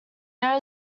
there